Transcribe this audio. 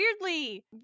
weirdly